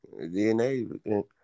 DNA